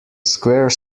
square